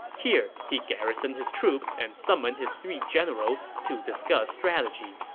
here, he garrisoned his troops and summoned his three generals to discuss strategy.